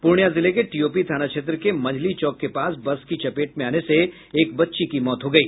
पूर्णियां जिले के टीओपी थाना क्षेत्र के मंझली चौक के पास बस की चपेट में आने से एक बच्ची की मौत हो गयी